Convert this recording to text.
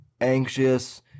anxious